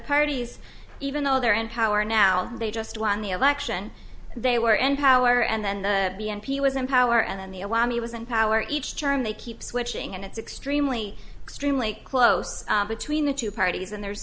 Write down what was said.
parties even though they're in power now they just won the election they were n power and then the b n p was in power and then the alarm he was in power each term they keep switching and it's extremely extremely close between the two parties and there's